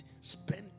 spend